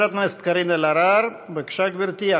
חברת הכנסת קארין אלהרר, בבקשה, גברתי.